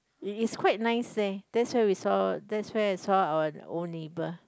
it is quite nice leh that's where we saw that's where we saw our old neighbour